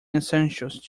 essentials